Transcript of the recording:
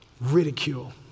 ridicule